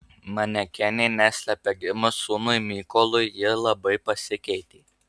manekenė neslepia gimus sūnui mykolui ji labai pasikeitė